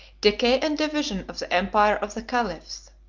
decay and division of the empire of the caliphs.